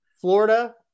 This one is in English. Florida